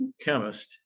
chemist